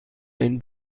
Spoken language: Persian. این